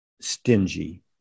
stingy